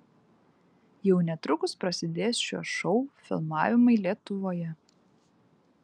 jau netrukus prasidės šio šou filmavimai lietuvoje